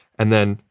and then,